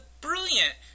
brilliant